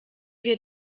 wird